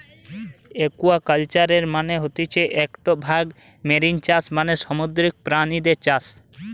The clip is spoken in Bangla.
একুয়াকালচারের মানে হতিছে একটো ভাগ মেরিন চাষ মানে সামুদ্রিক প্রাণীদের চাষ